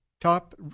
top